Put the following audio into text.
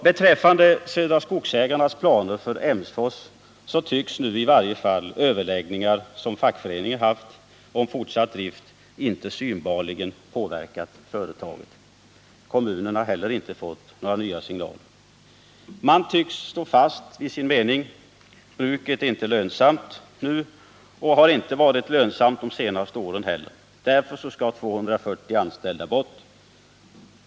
Beträffande Södra Skogsägarnas planer för Emsfors tycks i varje fall inte de överläggningar om fortsatt drift som fackföreningen haft ha synbarl påverkat företaget. Kommunen har heller inte fått nägra nya signaler. Företaget verkar sta fast vid sin mening. att bruket inte är lönsamt och inte har varit det under de senaste åren och att därför 240 anställda skall bort.